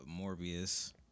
Morbius